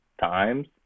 times